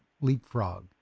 Leapfrog